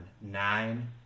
nine